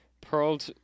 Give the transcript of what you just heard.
pearled